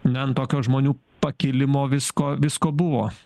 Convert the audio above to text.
na tokio žmonių pakilimo visko visko buvo